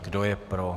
Kdo je pro?